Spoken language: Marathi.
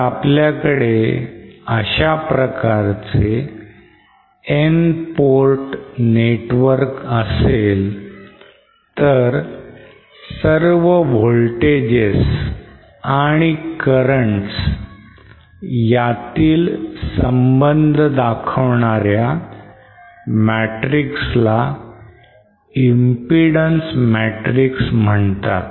जर आपल्याकडे अशा प्रकारचं N port network असेल तर सर्व voltages आणि currents यातील संबंध दाखवणाऱ्या matrix ला impedance matrix म्हणतात